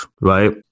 right